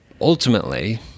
ultimately